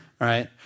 right